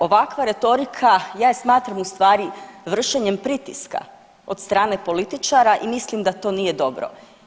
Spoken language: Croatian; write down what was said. Ovakva retorika, ja je smatram u stvari vršenjem pritiska od strane političara i mislim da to nije dobro.